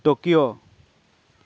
Tokyo